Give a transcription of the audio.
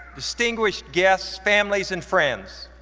distinguished guests, families, and friends,